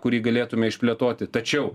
kurį galėtume išplėtoti tačiau